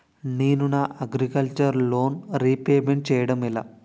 నేను నా agriculture loan repayment చేయడం ఎలా?